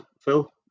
Phil